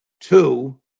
Two